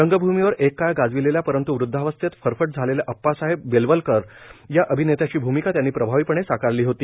रंगभूमीवर एक काळ गाजविलेल्या परंतु वदधावस्थेत फरफट झालेल्या अप्पासाहेब बेलवलकर या अभिनेत्याची भूमिका त्यांनी प्रभावीपणे साकारली होती